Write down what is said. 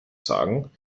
sagen